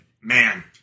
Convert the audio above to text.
man